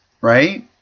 right